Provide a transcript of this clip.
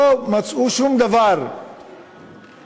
לא מצאו שום דבר עליו,